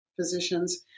physicians